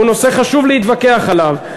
והוא נושא חשוב להתווכח עליו,